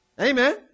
Amen